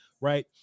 right